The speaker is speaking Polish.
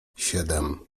siedem